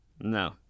No